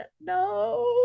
no